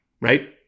Right